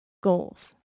goals